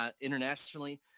internationally